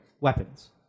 weapons